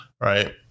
right